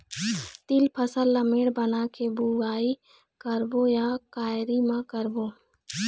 तील फसल ला मेड़ बना के बुआई करबो या क्यारी म करबो?